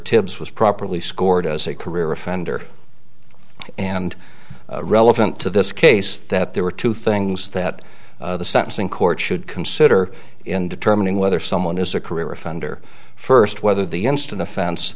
tibbs was properly scored as a career offender and relevant to this case that there were two things that the sentencing court should consider in determining whether someone is a career offender first whether the instant